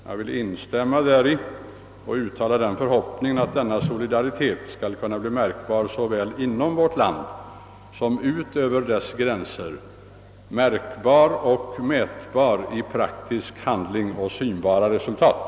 Jag vill instämma däri och uttala förhoppningen, att denna solidaritet skall kunna bli märkbar såväl inom vårt land som ut över dess gränser — märkbar och mätbar i praktisk handling — och ge synbara resultat.